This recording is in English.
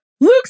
Luke